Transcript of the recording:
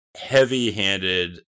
heavy-handed